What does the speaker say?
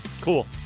Cool